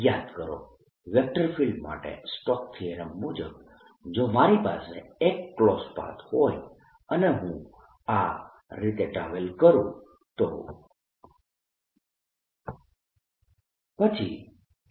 યાદ કરો vector field માટે સ્ટોક્સ થીયરમ Stokes' theorem મુજબ જો મારી પાસે એક ક્લોઝડ પાથ હોય અને હું આ રીતે ટ્રાવેલ કરું તો પછી B